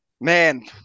Man